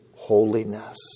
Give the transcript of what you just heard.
Holiness